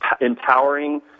empowering